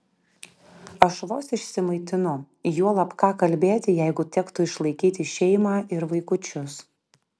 aš vos išsimaitinu juolab ką kalbėti jeigu tektų išlaikyti šeimą ir vaikučius